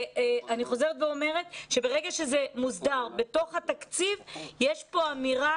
אני חוזרת ואומרת שברגע שזה מוסדר בתוך התקציב יש פה אמירה